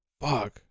fuck